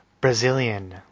Brazilian